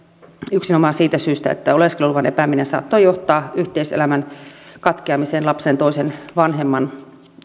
yksinomaan siitä syystä että oleskeluluvan epääminen saattoi johtaa yhteiselämän katkeamiseen lapsen ja toisen vanhemman